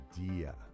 idea